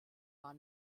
war